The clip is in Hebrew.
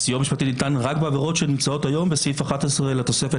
הסיוע המשפטי ניתן רק בעבירות שנמצאות היום בסעיף 11 לתוספת